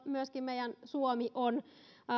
myöskin suomi on